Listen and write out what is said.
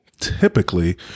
typically